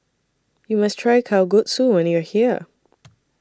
YOU must Try Kalguksu when YOU Are here